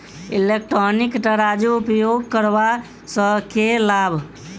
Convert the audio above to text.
Electronic तराजू उपयोग करबा सऽ केँ लाभ?